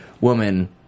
woman